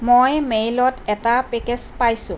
মই মেইলত এটা পেকেজ পাইছোঁ